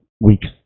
weeks